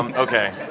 um okay.